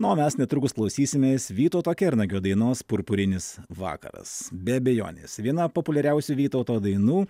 o mes netrukus klausysimės vytauto kernagio dainos purpurinis vakaras be abejonės viena populiariausių vytauto dainų